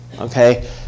okay